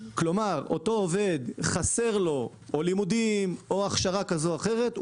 כלומר לאותו עובד חסר לימודים או הכשרה כזו או אחרת,